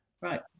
Right